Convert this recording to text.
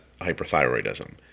hyperthyroidism